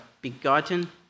begotten